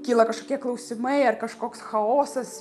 kyla kažkokie klausimai ar kažkoks chaosas